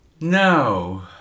No